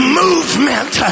movement